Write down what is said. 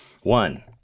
One